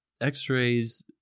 x-rays